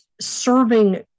serving